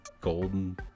golden